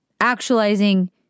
actualizing